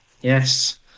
yes